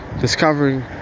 discovering